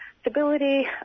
stability